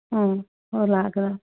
ꯎꯝ ꯍꯣꯏ ꯂꯥꯛꯑꯒꯦ ꯂꯥꯛꯑꯒꯦ